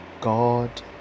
God